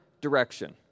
direction